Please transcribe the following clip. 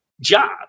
job